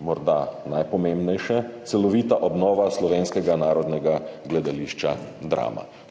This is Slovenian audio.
morda najpomembnejše – celovita obnova Slovenskega narodnega gledališča Drama.